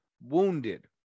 Wounded